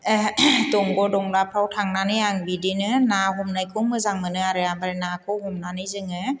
दंग' दंलाफोराव थांनानै आं बिदिनो ना हमनायखौ मोजां मोनो आरो ओमफ्राय नाखौ हमनानै जोङो